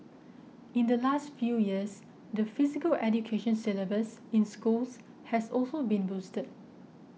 in the last few years the Physical Education syllabus in schools has also been boosted